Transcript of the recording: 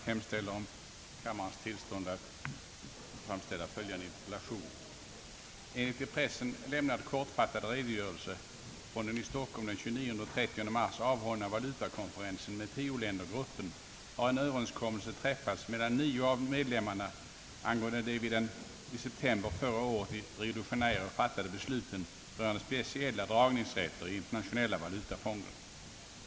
Herr talman! Enligt i pressen lämnad kortfattad redogörelse från den i Stockholm den 29 och 30 mars avhållna valutakonferensen med tioländergruppen har en överenskommelse träffats mellan nio av medlemmarna angående de vid den i september förra året i Rio de Janeiro fattade besluten rörande speciella dragningsrätter i Internationella valutafonden.